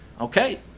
Okay